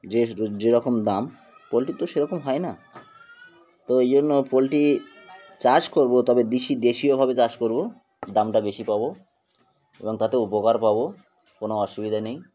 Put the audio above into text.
যে যেরকম দাম পোলট্রি তো সেরকম হয় না তো এই জন্য পোলট্রি চাষ করবো তবে দেশি দেশীয়ভাবে চাষ করবো দামটা বেশি পাবো এবং তাতে উপকার পাবো কোনো অসুবিধা নেই